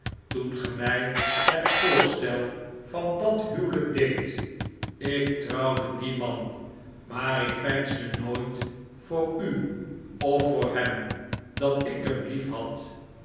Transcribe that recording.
toen ge mij het voorstel van dat huwelijk deedt ik trouwde dien man maar ik veinsde nooit voor u of voor hem dat ik hem liefhad